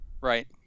Right